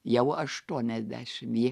jau aštuoniasdešim ji